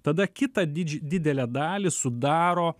tada kitą didž didelę dalį sudaro